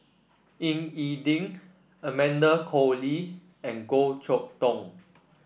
Ying E Ding Amanda Koe Lee and Goh Chok Tong